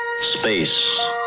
Space